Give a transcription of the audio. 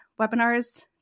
webinars